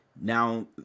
Now